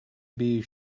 bee